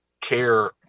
care